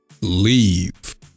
leave